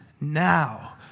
now